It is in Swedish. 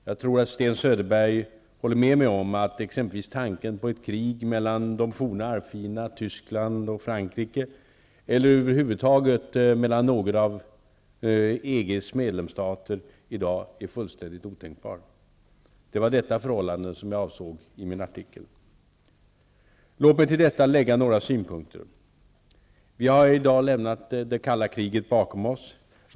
Jag tror att Sten Söderberg håller med mig om att exempelvis tanken på ett krig mellan de forna arvfienderna Tyskland och Frankrike eller över huvud taget mellan några av EG:s medlemsstater i dag är fullständigt otänkbar. Det var detta förhållande som jag avsåg i min artikel. Låt mig till detta lägga några synpunkter. Vi har i dag lämnat det kalla kriget bakom oss.